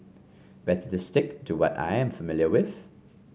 better to stick to what I am familiar with